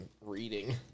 Reading